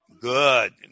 Good